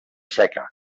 seca